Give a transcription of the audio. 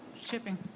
shipping